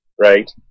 right